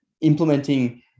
implementing